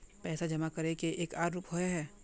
पैसा जमा करे के एक आर रूप होय है?